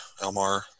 Elmar